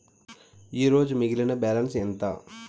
ఈరోజు మిగిలిన బ్యాలెన్స్ ఎంత?